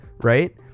right